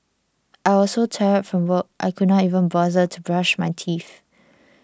I was so tired from work I could not even bother to brush my teeth